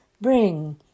bring